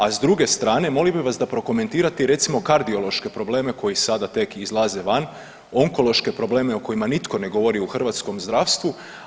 A s druge strane molio bih vas da prokomentirate recimo kardiološke probleme koji sada tek izlaze van, onkološke probleme o kojima nitko ne govori u hrvatskom zdravstvu.